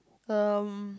um